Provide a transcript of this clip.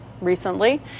recently